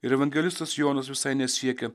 ir evangelistas jonas visai nesiekė